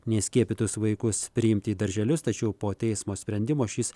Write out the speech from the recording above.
neskiepytus vaikus priimti į darželius tačiau po teismo sprendimo šis